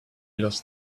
lost